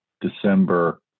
December